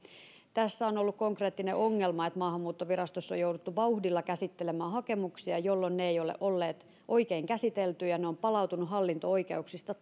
tässä on ollut konkreettinen ongelma että maahanmuuttovirastossa on jouduttu vauhdilla käsittelemään hakemuksia jolloin ne eivät ole olleet oikein käsiteltyjä ja ne ovat palautuneet hallinto oikeuksista